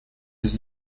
без